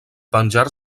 penjar